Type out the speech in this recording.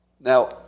Now